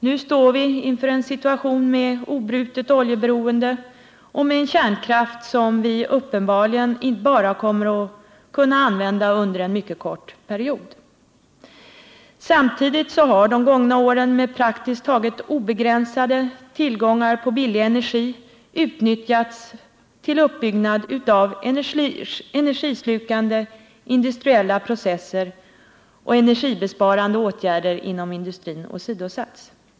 Nu står vi inför en situation med obrutet oljeberoende och med en kärnkraft, som vi uppenbarligen bara kommer att kunna använda under en mycket kort period. Samtidigt har de gångna åren med praktiskt taget obegränsade tillgångar på billig energi utnyttjats till uppbyggnad av energislukande industriella processer, och energibesparande åtgärder inom industrin har åsidosatts.